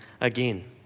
again